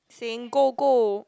saying go go